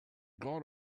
gone